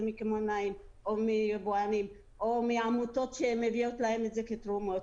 מקמעונאים או מיבואנים או מעמותות שמביאות להם את זה כתרומות,